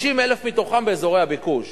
50,000 מתוכן באזורי הביקוש.